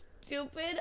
stupid